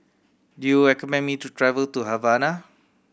do you recommend me to travel to Havana